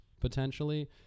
potentially